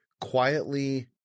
quietly